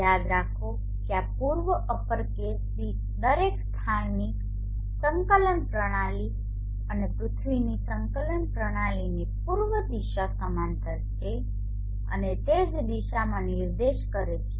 યાદ રાખો કે આ પૂર્વ અપરકેસ દરેક સ્થાનિક સંકલન પ્રણાલી અને પૃથ્વીની સંકલન પ્રણાલીની પૂર્વ દિશા સમાંતર છે અને તે જ દિશામાં નિર્દેશ કરે છે